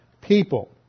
people